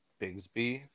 Bigsby